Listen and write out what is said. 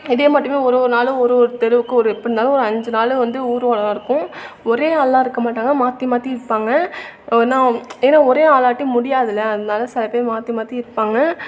இதே மட்டும் ஒரு ஒரு நாளும் ஒரு ஒரு தெருவுக்கு ஒரு எப்படிட்ருந்தாலும் ஒரு அஞ்சி நாளும் வந்து ஊர்வலம் நடக்கும் ஒரே ஆள்லாம் இருக்கற மாட்டாங்க மாற்றி மாற்றி இருப்பாங்க ஏன்னா ஏன்னா ஒரே ஆளாட்டி முடியாதில் அதனால் சில பேர் மாற்றி மாற்றி இருப்பாங்க